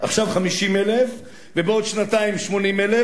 עכשיו 50,000 ובעוד שנתיים 80,000,